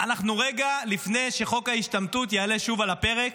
אנחנו רגע לפני שחוק ההשתמטות יעלה שוב על הפרק.